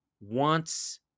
wants